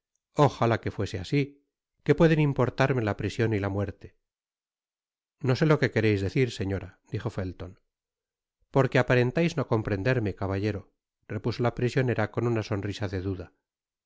ojalá que así fuese qué pueden importarme la prision y la muerte no sé lo que quereis decir señora dijo felton porque aparentais no comprenderme caballero repuso la prisionera con una sonrisa de duda